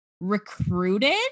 recruited